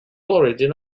origin